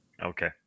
Okay